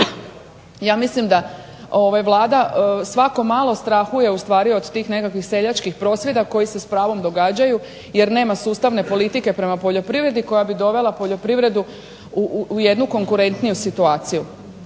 Ja mislim da Vlada svako malo strahuje ustvari od tih nekakvih seljačkih prosvjeda koji se s pravom događaju jer nema sustavne politike prema poljoprivredi koja bi dovela poljoprivredu u jednu konkurentniju situaciju.